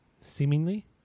Seemingly